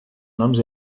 noms